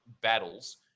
battles